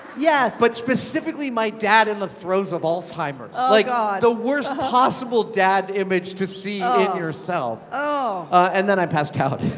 yes. but specifically my dad in the throes of alzheimer's. ah like, ah the worst possible dad image to see ah in yourself. and then i passed out.